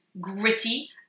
gritty